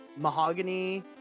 Mahogany